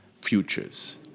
futures